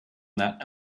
that